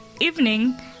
evening